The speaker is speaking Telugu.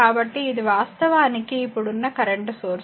కాబట్టి ఇది వాస్తవానికి ఇప్పుడున్న కరెంట్ సోర్స్